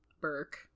Burke